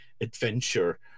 adventure